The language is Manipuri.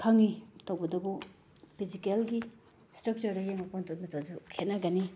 ꯈꯪꯏ ꯇꯧꯕꯇꯕꯨ ꯐꯤꯖꯤꯀꯦꯜꯒꯤ ꯁ꯭ꯇꯔꯛꯆꯔꯗ ꯌꯦꯡꯉꯛꯄ ꯃꯇꯝꯗꯁꯨ ꯈꯦꯅꯒꯅꯤ